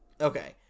Okay